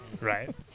Right